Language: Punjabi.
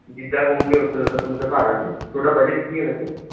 ਜਿੱਦਾਂ ਕਹੋਂਗੇ ਉਸ ਤਰ੍ਹਾਂ ਦਾ ਤੁਹਾਨੂੰ ਦਿਖਾ ਦਾਂਗੇ ਤੁਹਾਡਾ ਬਜਟ ਕੀ ਹੈ ਵੈਸੇ